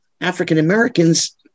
African-Americans